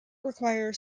require